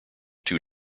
two